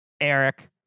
eric